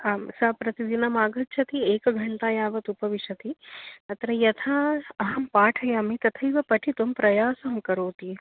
आं सा प्रतिदिनम् आगच्छति एकघण्टां यावत् उपविशति अत्र यथा अहं पाठयामि तथैव पठितुं प्रयासं करोति